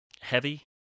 heavy